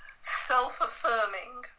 self-affirming